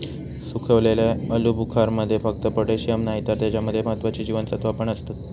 सुखवलेल्या आलुबुखारमध्ये फक्त पोटॅशिअम नाही तर त्याच्या मध्ये महत्त्वाची जीवनसत्त्वा पण असतत